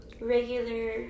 regular